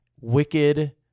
wicked